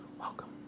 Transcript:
Welcome